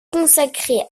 consacrée